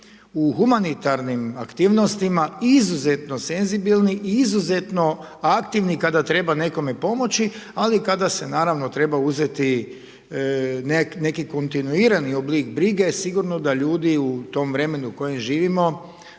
u humanitarnim aktivnostima izuzetno senzibilni i izuzetno aktivni kada treba nekome pomoći, ali kada se, naravno, treba uzeti neki kontinuirani oblik brige, sigurno da ljudi u tom vremenu u kojem živimo,